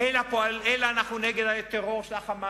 אלא אנחנו נגד הטרור של ה"חמאס".